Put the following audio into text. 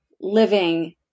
living